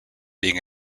being